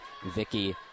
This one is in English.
vicky